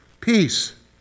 Peace